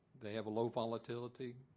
they have a low volatility.